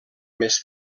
més